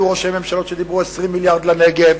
היו ראשי ממשלות שדיברו על 20 מיליארד לנגב,